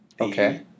Okay